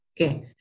Okay